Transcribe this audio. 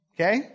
Okay